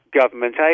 government